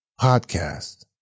podcast